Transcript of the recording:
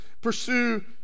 pursue